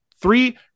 three